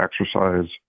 exercise